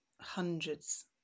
hundreds